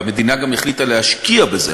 והמדינה גם החליטה להשקיע בזה,